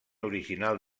original